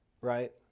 right